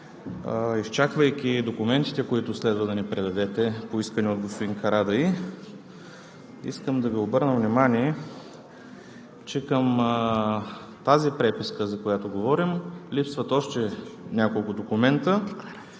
изчаквайки документите, които следва да ни предадете, поискани от господин Карадайъ, искам да Ви обърна внимание, че към тази преписка, за която говорим, липсват още няколко документа.